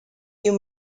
you